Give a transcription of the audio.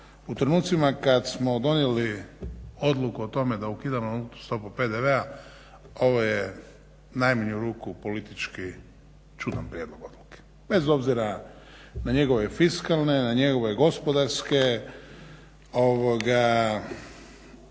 u trenutcima kad smo donijeli odluku o tome da ukidamo nultu stopu PDV-a ovo je u najmanju ruku politički čudan prijedlog odluke, bez obzira na njegove fiskalne, na njegove gospodarske